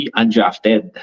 undrafted